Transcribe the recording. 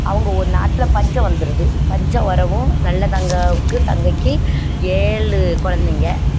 அவங்க ஒரு நாட்டில் பஞ்சம் வந்துருது பஞ்சம் வரவும் நல்லதங்காவுக்கு தங்கைக்கு ஏழு குலந்தைங்க